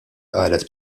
qalet